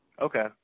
Okay